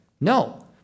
No